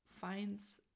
finds